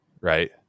right